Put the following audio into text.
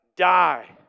die